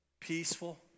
peaceful